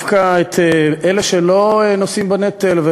לתקוף דווקא את אלה שלא נושאים בנטל,